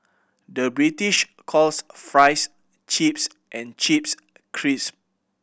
the British calls fries chips and chips crisp